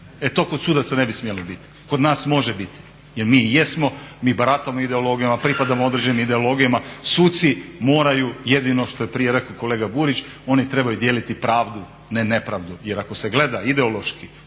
to kod sudaca ne bi smjelo biti. Kod nas može biti jer mi jesmo, mi baratamo ideologijom, pripadamo određenim ideologijama. Suci moraju, jedino što je prije rekao kolega Burić oni trebaju dijeliti pravdu, ne nepravdu. Jer ako se gleda ideološki